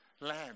land